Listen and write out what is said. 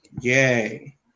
yay